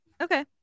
Okay